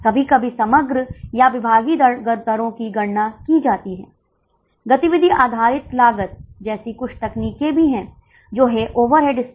जब तक बिक्री मूल्य और परिवर्तनीय लागत नहीं बदलते हैं तब तक केवल एक पीवीआर होगा